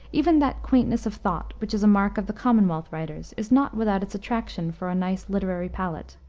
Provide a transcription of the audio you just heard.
even that quaintness of thought, which is a mark of the commonwealth writers, is not without its attraction for a nice literary palate.